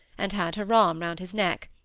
and had her arm round his neck,